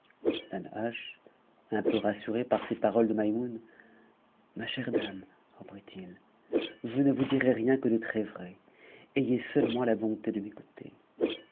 danhasch un peu rassuré par ces paroles de maimoune ma cberf dame reprit-il je ne vous dirai rien que de très-vrai ayez seulement la bonté de m'écouter